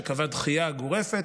שקבע דחייה גורפת,